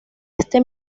este